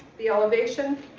the elevation,